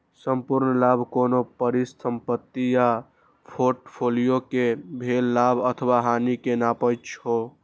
संपूर्ण लाभ कोनो परिसंपत्ति आ फोर्टफोलियो कें भेल लाभ अथवा हानि कें नापै छै